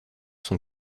sont